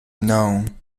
known